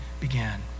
began